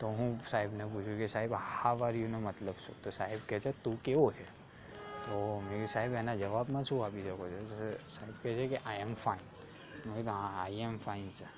તો હું સાહેબને પૂછું કે સાહેબ હાઉ આર યુનો મતલબ શું તો સાહેબ કહે છે તું કેવો છે તો મેં કીધુ સાહેબ એનાં જવાબમાં શું આવે તો સાહેબ કે છે કે આઈ એમ ફાઇન મેં કીધું હા આઈ એમ ફાઇન સર